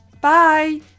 Bye